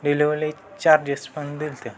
delivery charges पण दिले होते